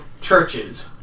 churches